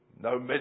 No